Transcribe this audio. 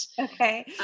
Okay